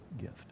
gift